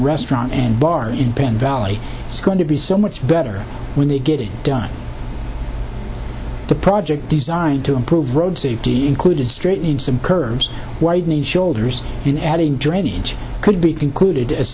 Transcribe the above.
restaurant and bar in penn valley it's going to be so much better when they get it done the project designed to improve road safety included street in some curves widening shoulders in adding drainage could be concluded as